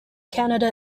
canada